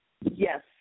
Yes